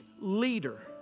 leader